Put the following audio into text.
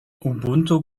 ubuntu